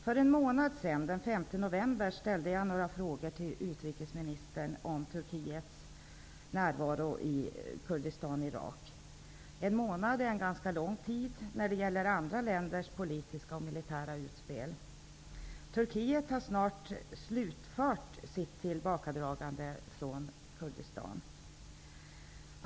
För en månad sedan, den 5 november, ställde jag några frågor till utrikesministern om Turkiets närvaro i irakiska Kurdistan. En månad är en ganska lång tid när det gäller andra länders politiska och militära utspel. Turkiet har snart slutfört sitt tillbakadragande från Kurdistan.